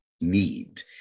need